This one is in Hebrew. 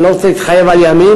אני לא רוצה להתחייב על ימים,